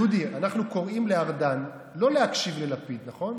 דודי, אנחנו קוראים לארדן לא להקשיב ללפיד, נכון?